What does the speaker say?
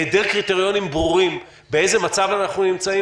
היעדר קריטריונים ברורים באיזה מצב אנחנו נמצאים